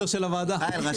לצמצם בדבריי,